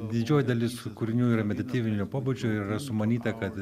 didžioji dalis kūrinių yra meditatyvinio pobūdžio ir yra sumanyta kad